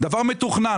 והדבר השלישי,